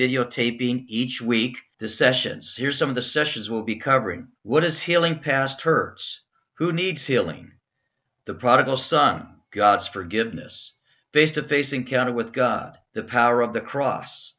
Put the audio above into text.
videotaping each week the sessions here some of the sessions will be covering what is healing past hurts who needs healing the prodigal son god's forgiveness face to face encounter with god the power of the cross